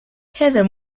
heather